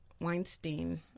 Weinstein